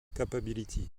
capability